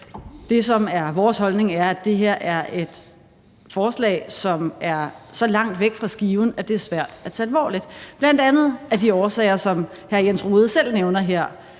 Det, som er vores holdning, er, at det her er et forslag, som er så langt væk fra skiven, at det er svært at tage alvorligt, bl.a. af de årsager, som hr. Jens Rohde selv nævner her,